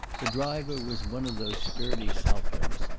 the driver was one of those sturdy southrons,